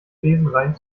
besenrein